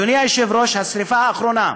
אדוני היושב-ראש, השרפה האחרונה,